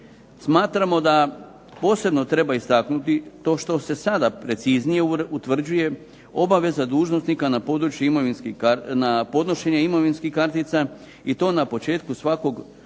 Smatramo da posebno treba istaknuti to što se sada preciznije utvrđuje obaveza dužnosnika na podnošenje imovinskih kartica i to na početku svakog novog